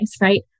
right